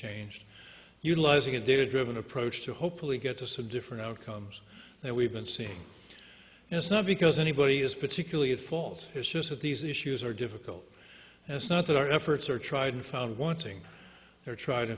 changed utilizing a data driven approach to hopefully get to so different outcomes that we've been seeing it's not because anybody is particularly at fault is just that these issues are difficult it's not that our efforts are tried and found wanting